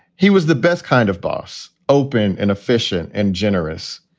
he was the best kind of boss, open and efficient and generous.